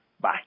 Bye